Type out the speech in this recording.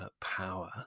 power